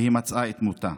והיא מצאה את מותה.